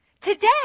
Today